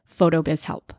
PhotoBizHelp